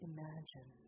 Imagine